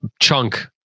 chunk